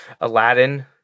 Aladdin